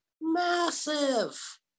massive